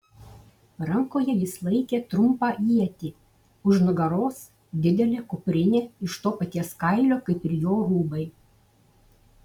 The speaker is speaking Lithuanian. rankoje jis laikė trumpą ietį už nugaros didelė kuprinė iš to paties kailio kaip ir jo rūbai